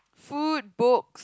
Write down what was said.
food book